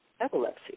epilepsy